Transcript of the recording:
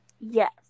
Yes